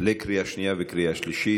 בקריאה שנייה וקריאה שלישית.